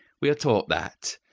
we are taught that,